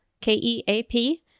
K-E-A-P